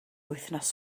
wythnos